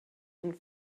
und